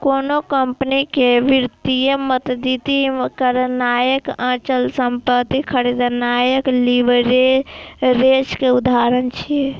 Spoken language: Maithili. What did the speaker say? कोनो कंपनी कें वित्तीय मदति करनाय, अचल संपत्ति खरीदनाय लीवरेज के उदाहरण छियै